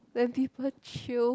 when people chew